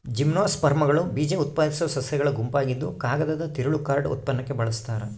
ಜಿಮ್ನೋಸ್ಪರ್ಮ್ಗಳು ಬೀಜಉತ್ಪಾದಿಸೋ ಸಸ್ಯಗಳ ಗುಂಪಾಗಿದ್ದುಕಾಗದದ ತಿರುಳು ಕಾರ್ಡ್ ಉತ್ಪನ್ನಕ್ಕೆ ಬಳಸ್ತಾರ